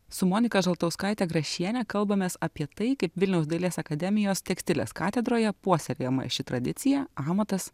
su monika žaltauskaite grašiene kalbamės apie tai kaip vilniaus dailės akademijos tekstilės katedroje puoselėjama ši tradicija amatas